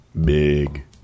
Big